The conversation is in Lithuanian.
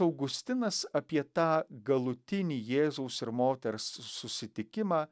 augustinas apie tą galutinį jėzaus ir moters susitikimą